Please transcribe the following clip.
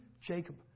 Jacob